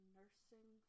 nursing